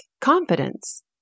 confidence